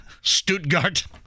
Stuttgart